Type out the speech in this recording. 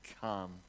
come